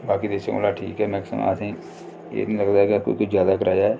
बाकी देशें कोला ठीक ऐ मैक्सिमम असेंगी एह् नि लगदा ऐ कि ज्यादा कराया ऐ